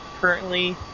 Currently